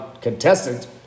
Contestant